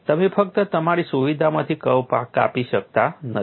તમે ફક્ત તમારી સુવિધામાંથી કર્વ કાપી શકતા નથી